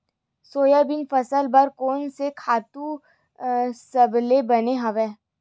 Soybean फसल बर कोन से खातु सबले बने हवय?